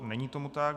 Není tomu tak.